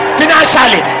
financially